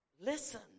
listen